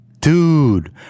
Dude